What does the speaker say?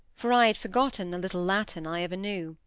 for i had forgotten the little latin i ever knew.